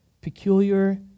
peculiar